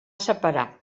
separar